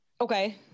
Okay